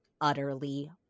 utterly